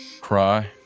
Cry